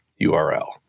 URL